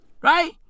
Right